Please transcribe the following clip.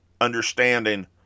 understanding